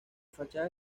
fachada